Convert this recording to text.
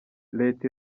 leta